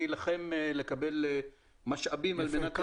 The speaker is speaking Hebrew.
אני אלחם לקבל משאבים על מנת להמשיך בה.